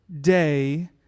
day